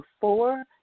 four